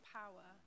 power